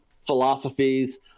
philosophies